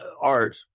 art